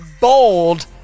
bold